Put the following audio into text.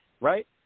right